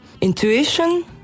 intuition